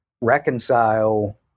reconcile